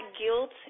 guilt